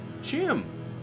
Jim